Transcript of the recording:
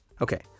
Okay